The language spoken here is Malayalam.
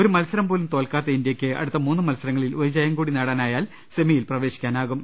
ഒരു മത്സരം പോലും തോൽക്കാത്ത ഇന്ത്യക്ക് അടുത്ത മൂന്ന് മത്സരങ്ങളിൽ ഒരു ജയം കൂടി നേടാനായാൽ സെമിയിൽ പ്രവേശിക്കാനാകും